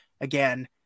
again